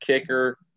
kicker